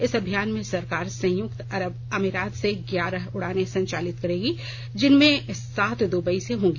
इस अभियान में सरकार संयुक्त अरब अमारात से ग्यारह उड़ानें संचालित करेगी जिनमें सात द्वबई से होंगी